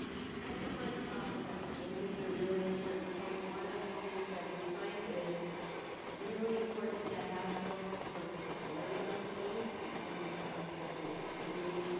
i just wanted to follow on that because i think it's a really important point. one of the things that we find is really important to have books for very young children, particularly when you're trying to get them interested in reading,